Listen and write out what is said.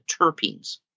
terpenes